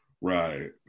right